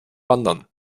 wandern